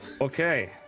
Okay